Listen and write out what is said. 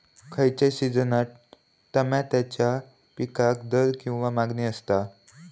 खयच्या सिजनात तमात्याच्या पीकाक दर किंवा मागणी आसता?